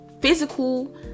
physical